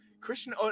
Christian